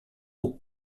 aux